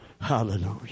Hallelujah